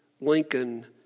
Lincoln